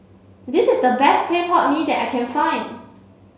this is the best Clay Pot Mee that I can find